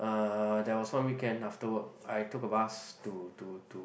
uh there was one weekend after work I took a bus to to to